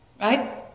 Right